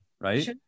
right